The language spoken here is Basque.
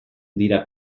dira